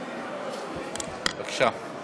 בבקשה.